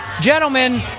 gentlemen